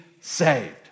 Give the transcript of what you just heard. saved